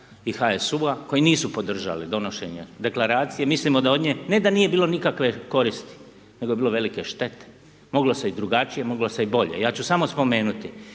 i HSU-a koji nisu podržali donošenje deklaracije mislimo da od nje ne da nije bilo nikakve koristi, nego je bilo velike štete, moglo se i drugačije, moglo se i bolje. Ja ću samo spomenuti